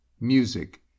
music